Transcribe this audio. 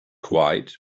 quiet